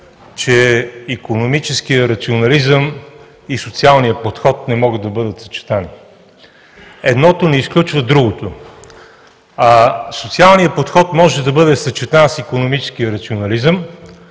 че икономическият рационализъм и социалният подход не могат да бъдат съчетани. Едното не изключва другото, а социалният подход може да бъде съчетан с икономическия рационализъм,